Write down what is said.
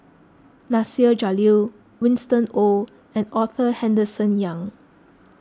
Nasir Jalil Winston Oh and Arthur Henderson Young